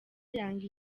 yanga